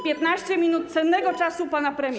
15 minut cennego czasu pana premiera.